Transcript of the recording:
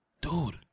dude